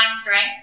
strength